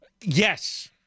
Yes